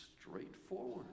straightforward